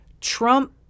trump